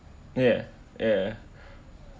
yeah yeah